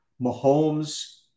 Mahomes